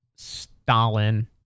Stalin